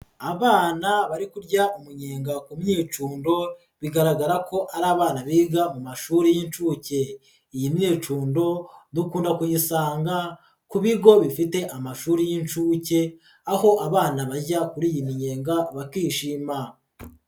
Abana bari kurya umunyenga ku myicundo bigaragara ko ari abana biga mu mashuri y'inshuke, iyi myicundo dukunda kuyisanga ku bigo bifite amashuri y'inshuke, aho abana bajya kuri iyi minyega bakishima.